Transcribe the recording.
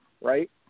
Right